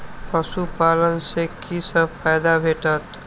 पशु पालन सँ कि सब फायदा भेटत?